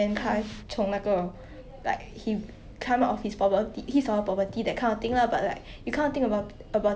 because once like 你看 ah 你有钱 right 你可以去 tuition centre 你可以去 art class